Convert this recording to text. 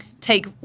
take